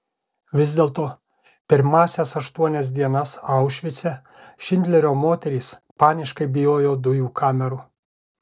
vis dėlto pirmąsias aštuonias dienas aušvice šindlerio moterys paniškai bijojo dujų kamerų